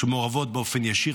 שמעורבות באופן ישיר,